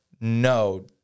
No